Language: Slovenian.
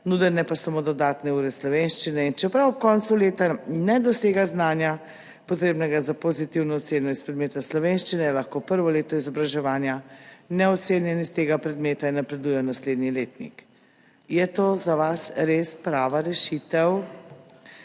nudene pa so mu dodatne ure slovenščine. In čeprav ob koncu leta ne dosega znanja, potrebnega za pozitivno oceno iz predmeta slovenščina, je lahko prvo leto izobraževanja neocenjen iz tega predmeta in napreduje v naslednji letnik. Je to za vas res prava rešitev?